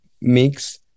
mix